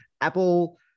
Apple